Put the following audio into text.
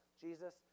Jesus